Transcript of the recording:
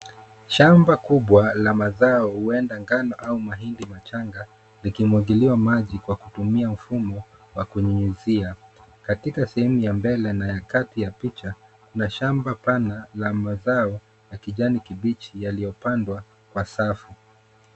Shamba kubwa la mazao huenda ngano au mahindi machanga yakimwagiliwa maji kwa kutumia mfumo wa kunyunyuzia. Katika sehemu ya mbele na ya kati ya picha kuna shamba pana la mazao ya kijani kibichi yaliyo pandwa kwa safu.